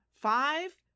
five